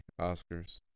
Oscars